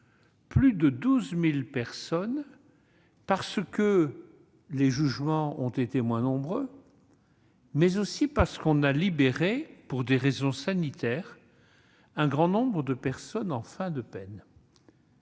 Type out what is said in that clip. pénitentiaire, parce que les jugements ont été moins nombreux, mais aussi parce qu'on a libéré, pour des raisons sanitaires, un grand nombre de personnes en fin de peine.